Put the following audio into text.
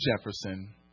Jefferson